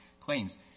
claims